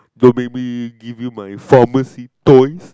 your baby give you my pharmacy toys